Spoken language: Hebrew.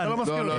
לא, לא.